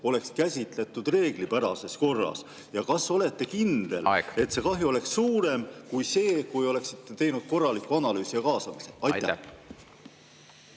oleksid käsitletud reeglipärases korras? Ja kas olete kindel … Aeg! … et see kahju oleks suurem kui see, kui oleksite teinud korraliku analüüsi ja kaasamise? …